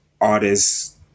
artists